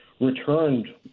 returned